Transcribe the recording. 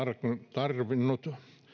tarvinnut